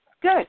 Good